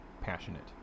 passionate